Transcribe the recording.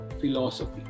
philosophy